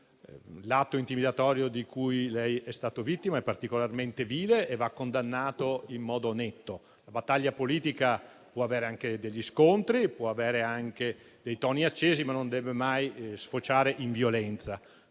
L'atto intimidatorio di cui lei è stato vittima è particolarmente vile e va condannato in modo netto. La battaglia politica può avere anche degli scontri e dei toni accesi, ma non deve mai sfociare in violenza: